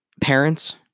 parents